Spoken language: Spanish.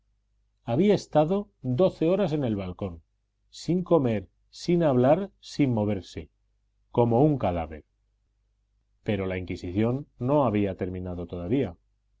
había estado doce horas en el balcón sin comer sin hablar sin moverse como un cadáver pero la inquisición no había terminado todavía